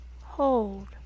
Hold